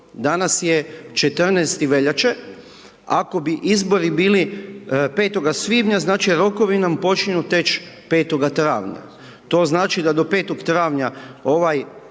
Danas je 14. veljače, ako bi izbori bili 05. svibnja, znači rokovi nam počinju teći 05. travnja, to znači da do 05. travnja ovaj